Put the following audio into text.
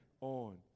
on